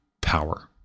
power